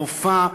לאופה.